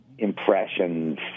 Impressions